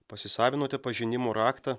pasisavinote pažinimo raktą